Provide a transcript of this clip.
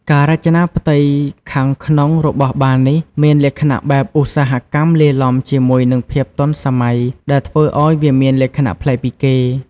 ការរចនាផ្ទៃខាងក្នុងរបស់បារនេះ មានលក្ខណៈបែបឧស្សាហកម្មលាយឡំជាមួយនឹងភាពទាន់សម័យ ដែលធ្វើឱ្យវាមានលក្ខណៈប្លែកពីគេ។